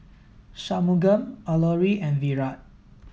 Shunmugam Alluri and Virat